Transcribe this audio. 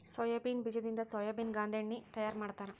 soybean ಬೇಜದಿಂದ ಸೋಯಾಬೇನ ಗಾಂದೆಣ್ಣಿ ತಯಾರ ಮಾಡ್ತಾರ